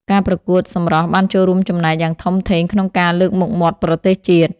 ការប្រកួតសម្រស់បានចូលរួមចំណែកយ៉ាងធំធេងក្នុងការលើកមុខមាត់ប្រទេសជាតិ។